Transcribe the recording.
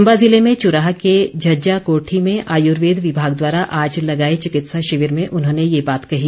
चंबा जिले में चुराह के झज्जा कोठी में आयुर्वेद विभाग द्वारा आज लगाए चिकित्सा शिविर में उन्होंने यह बात कही